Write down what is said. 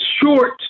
short